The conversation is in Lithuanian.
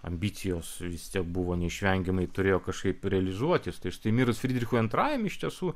ambicijos vis tiek buvo neišvengiamai turėjo kažkaip realizuotis tai štai mirus frydrichui antrajam iš tiesų